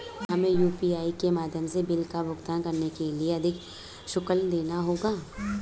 क्या हमें यू.पी.आई के माध्यम से बिल का भुगतान करने के लिए अधिक शुल्क देना होगा?